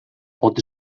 pod